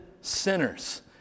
sinners